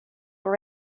were